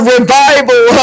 Revival